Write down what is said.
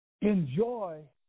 enjoy